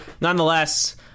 nonetheless